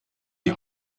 die